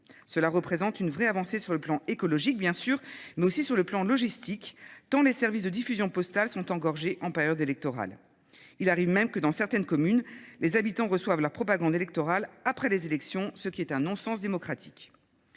Cela représente une vraie avancée sur le plan écologique, bien sûr, mais aussi sur le plan logistique, tant les services de diffusion postale sont engorgés en période électorale. Il arrive même que dans certaines communes, les habitants reçoivent la propagande électorale après les élections, ce qui est un non-sens démocratique.